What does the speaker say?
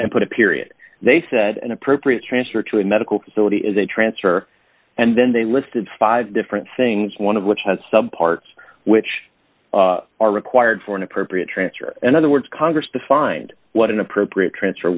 and put a period they said an appropriate transfer to a medical facility is a transfer and then they listed five different things one of which has some parts which are required for an appropriate transfer in other words congress defined what an appropriate transfer